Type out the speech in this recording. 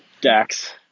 Dax